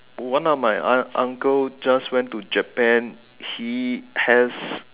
one of my un~ uncle just went to Japan he has